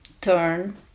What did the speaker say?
turn